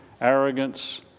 arrogance